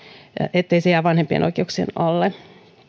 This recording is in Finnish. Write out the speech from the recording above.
ettei se jää vanhempien oikeuksien alle